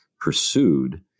pursued